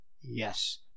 Yes